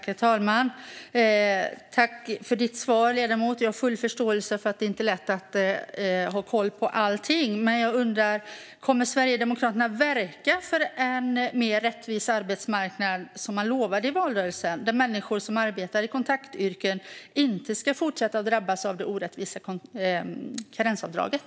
Herr talman! Tack för svaret, ledamoten - jag har full förståelse för att det inte är lätt att ha koll på allting! Men jag undrar om Sverigedemokraterna, som man lovade i valrörelsen, kommer att verka för en mer rättvis arbetsmarknad där människor som arbetar i kontaktyrken inte ska fortsätta drabbas av det orättvisa karensavdraget?